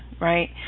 right